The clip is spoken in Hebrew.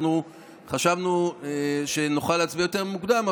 חשבנו שנוכל להצביע יותר מוקדם,